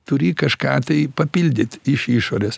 turi kažką tai papildyt iš išorės